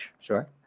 Sure